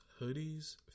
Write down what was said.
hoodies